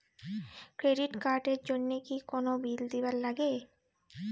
Credit card এর জন্যে কি কোনো বিল দিবার লাগে?